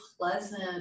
pleasant